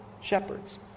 shepherds